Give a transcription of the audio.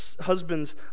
husbands